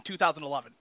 2011